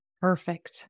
Perfect